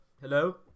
hello